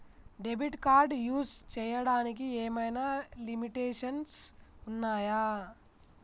Debit card use చేయడానికి ఏమైనా limitations ఉన్నాయా?